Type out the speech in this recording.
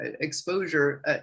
exposure